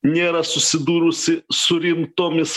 nėra susidūrusi su rimtomis